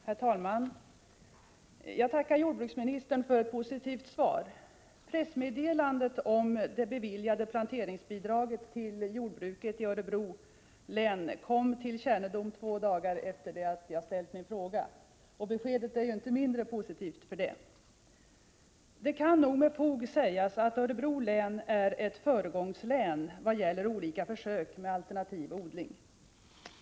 Herr talman! Jag tackar jordbruksministern för ett positivt svar. Pressmeddelandet om det beviljade planteringsbidraget till jordbruket i Örebro län kom till allmänhetens kännedom två dagar efter det att jag ställt min fråga. Beskedet är inte mindre positivt för det. Det kan med fog sägas att Örebro län är ett föregångslän vad gäller olika försök med alternativ odling.